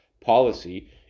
policy